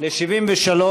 מסירים את כל ההסתייגויות.